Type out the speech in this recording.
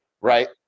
right